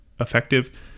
effective